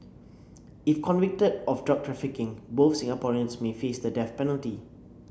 if convicted of drug trafficking both Singaporeans may face the death penalty